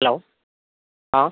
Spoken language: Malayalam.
ഹലോ ആ